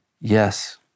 yes